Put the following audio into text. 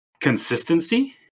consistency